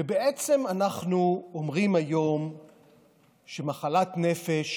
ובעצם, אנחנו אומרים היום שמחלת נפש